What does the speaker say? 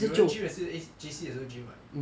有人去也是 J_C 的时候 gym [what]